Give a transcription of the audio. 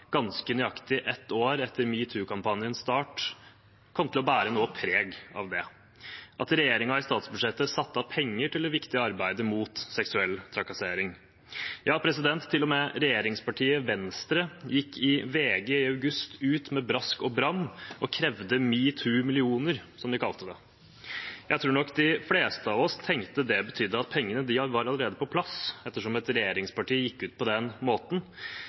ganske nøyaktig ett år etter metoo-kampanjens start, kom til å bære noe preg av det – at regjeringen i statsbudsjettet hadde satt av penger til det viktige arbeidet mot seksuell trakassering. Ja, til og med regjeringspartiet Venstre gikk i VG i august ut med brask og bram og krevde «#metoo-millioner», som de kalte det. Jeg tror nok de fleste av oss tenkte at det betydde at pengene allerede var på plass, ettersom et regjeringsparti gikk ut på den måten,